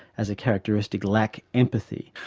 as a characteristic lack empathy.